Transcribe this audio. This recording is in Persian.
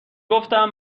گفتم